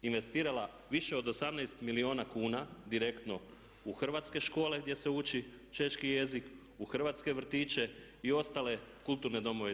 Investirala više od 18 milijuna kuna direktno u hrvatske škole gdje se uči češki jezik, u hrvatske vrtiće i ostale kulturne domove itd.